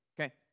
Okay